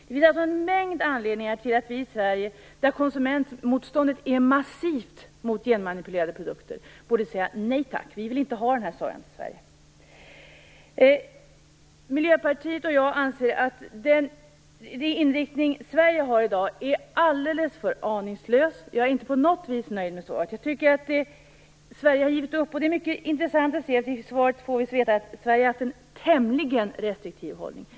Det finns alltså en mängd anledningar till att vi i Sverige, där konsumentmotståndet är massivt mot genmanipulerade produkter, borde säga nej tack till den här sojan. Vi i Miljöpartiet anser att den inriktning Sverige har i dag är alldeles för aningslös. Jag är inte alls nöjd med svaret. Jag tycker att Sverige har givit upp. Det är mycket intressant att vi i svaret får veta att Sverige har haft en "tämligen restriktiv" hållning.